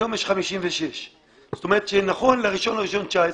היום יש 56. זאת אומרת, שנכון ל-1 לינואר 2019,